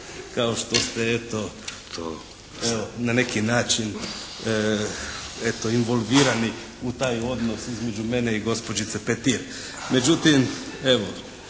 kao što ste eto na neki način involvirani u taj odnos između mene i gospođice Petir. Eto,